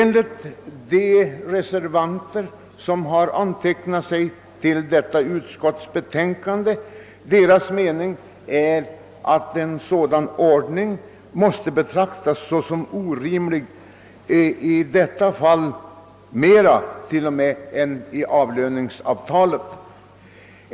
De utskottsledamöter som har antecknat reservation till detta utskottsbetänkande anser att en sådan ordning måste betraktas såsom orimlig, t.o.m. mer orimlig än dyrortsgrupperingen i fråga om löner.